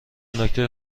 نکته